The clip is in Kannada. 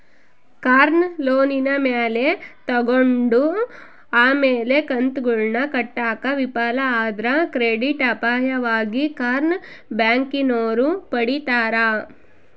ಕಾರ್ನ ಲೋನಿನ ಮ್ಯಾಲೆ ತಗಂಡು ಆಮೇಲೆ ಕಂತುಗುಳ್ನ ಕಟ್ಟಾಕ ವಿಫಲ ಆದ್ರ ಕ್ರೆಡಿಟ್ ಅಪಾಯವಾಗಿ ಕಾರ್ನ ಬ್ಯಾಂಕಿನೋರು ಪಡೀತಾರ